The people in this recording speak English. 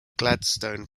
gladstone